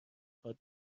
خواد